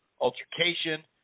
altercation